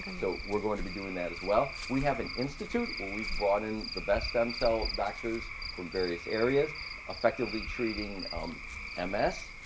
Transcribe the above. and so we're going to be doing that as well. we have an institute where we've brought in the best stem cell doctors from various areas effectively treating um um ms